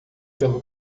pelo